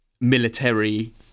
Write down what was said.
Military